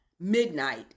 midnight